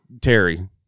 Terry